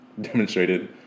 demonstrated